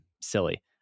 silly